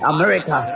America